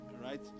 right